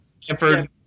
Stanford